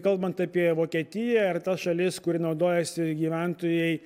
kalbant apie vokietiją ar tas šalis kur naudojasi gyventojai